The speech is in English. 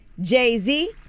Jay-Z